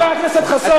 חבר הכנסת חסון.